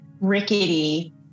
rickety